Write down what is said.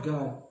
God